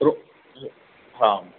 थोरो हा